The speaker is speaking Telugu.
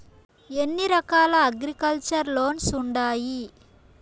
ఎన్ని రకాల అగ్రికల్చర్ లోన్స్ ఉండాయి